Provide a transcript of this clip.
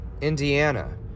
Indiana